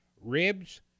ribs